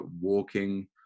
walking